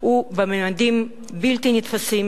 הוא בממדים בלתי נתפסים,